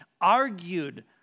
argued